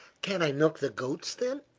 can't i milk the goats, then?